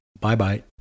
Bye-bye